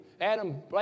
Adam